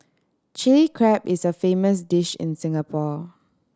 Chilli Crab is a famous dish in Singapore